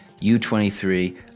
U23